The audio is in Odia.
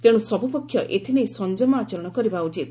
ତେଣୁ ସବୁ ପକ୍ଷ ଏଥିନେଇ ସଂଯମ ଆଚରଣ କରିବା ଉଚିତ